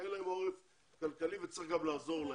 שאין להם עורף כלכלי וצריך גם לעזור להם.